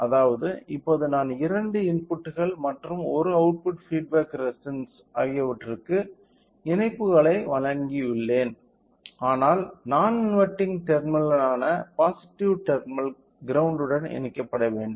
அதாவது இப்போது நான் இரண்டு இன்புட்கள் மற்றும் ஒரு அவுட்புட் பீட் பேக் ரெசிஸ்டன்ஸ் ஆகியவற்றுக்கு இணைப்புகளை வழங்கியுள்ளேன் ஆனால் நான் இன்வெர்ட்டிங் டெர்மினலான பாசிட்டிவ் டெர்மினல் கிரௌண்ட் உடன் இணைக்கப்பட வேண்டும்